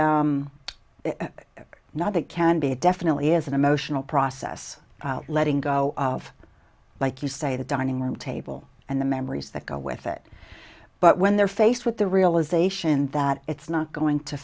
not that can be a definitely as an emotional process letting go of like you say the dining room table and the memories that go with it but when they're faced with the realisation that it's not going to